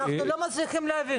אנחנו לא מצליחים להבין.